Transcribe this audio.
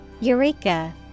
Eureka